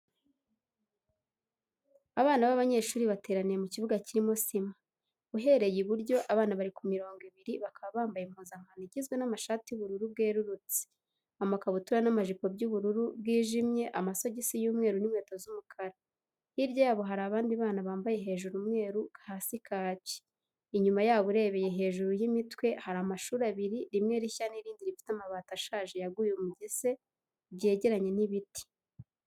Abana b'abanyeshuri bateraniye mu kibuga kirimo sima. Uhereye iburyo, abana bari ku mirongo ibiri bakaba bambaye impuzankano igizwe n'amashati y'ubururu bwerurutse, amakabutura n'amajipo by'ubururu bwijimye, amasogisi y'umweru n'inkweto z'umukara. Hirya ya bo hari abandi bana bambaye hejuru umweru, hasi kaki. Inyuma yabo, urebeye hejuru y'imitwe, hari amashuri abiri, rimwe rishya n'irindi rifite amabati ashaje yaguye umugese ryegeranye n'ibiti.